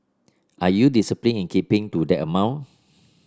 are you disciplined in keeping to that amount